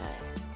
guys